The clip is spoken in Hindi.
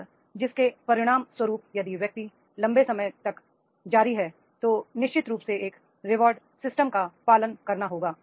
और जिसके परिणामस्वरूप यदि व्यक्ति लंबे समय तक जारी है तो निश्चित रूप से एक रिवॉर्ड सिस्टम का पालन करना होगा